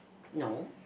no